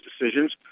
decisions